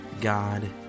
God